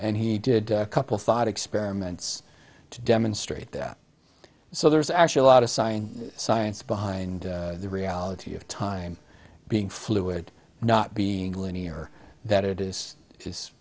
and he did a couple thought experiments to demonstrate that so there's actually a lot of science science behind the reality of time being fluid not being linear that it is